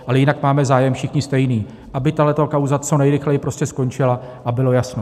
Ale jinak máme zájem všichni stejný, aby tahle kauza co nejrychleji skončila a bylo jasno.